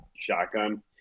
shotgun